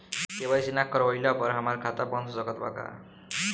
KYC ना करवाइला पर हमार खाता बंद हो सकत बा का?